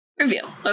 Reveal